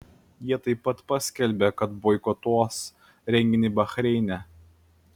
jie taip pat paskelbė kad boikotuos renginį bahreine